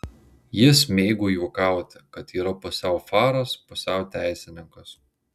jis mėgo juokauti kad yra pusiau faras pusiau teisininkas